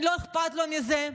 שלא אכפת לו מזה?